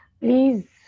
please